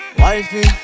wifey